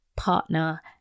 partner